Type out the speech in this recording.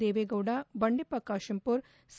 Deve Gowda Bandeppa Kashempur C